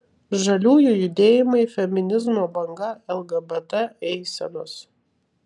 žaliųjų judėjimai feminizmo banga lgbt eisenos